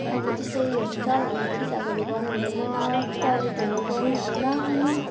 अब त्यस्तो उयोहरू हुन्छ भने पिसाबहरू गर्नुहुँदैन टोयलेटहरू गर्नुहुँदैन अनि